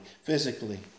physically